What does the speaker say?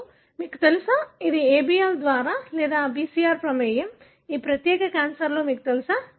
ఇప్పుడు మీకు తెలుసా ఇది ABL లేదా BCR ప్రమేయం ఈ ప్రత్యేక క్యాన్సర్లో మీకు తెలుసా